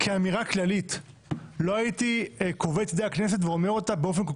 כאמירה כללית לא הייתי אומר אותה באופן כל